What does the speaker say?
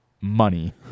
money